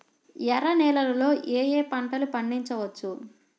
ఎర్ర నేలలలో ఏయే పంటలు పండించవచ్చు?